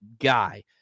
guy